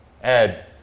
Ed